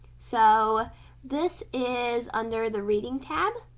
so this is under the reading tab